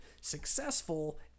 successful